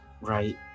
right